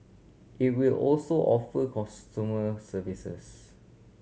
it will also offer consumer services